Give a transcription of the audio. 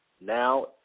Now